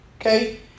Okay